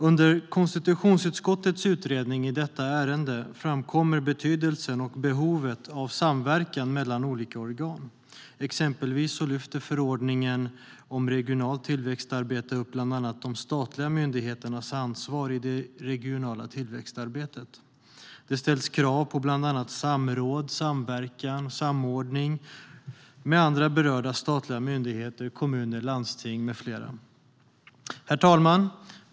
Under konstitutionsutskottets utredning i detta ärende framkommer betydelsen och behovet av samverkan mellan olika organ. Exempelvis lyfter förordningen om regionalt tillväxtarbete upp bland annat de statliga myndigheternas ansvar i det regionala tillväxtarbetet. Det ställs krav på bland annat samråd, samverkan och samordning med andra berörda statliga myndigheter, kommuner, landsting med flera. Herr talman!